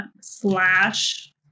slash